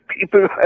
People